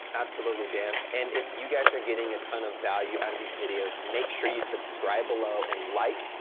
absolutely dan, and if you guys are getting a ton of value out of these videos, make sure you subscribe below and like,